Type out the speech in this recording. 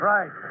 Right